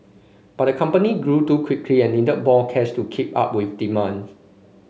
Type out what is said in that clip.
but the company grew too quickly and needed more cash to keep up with demand